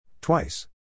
Twice